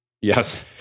Yes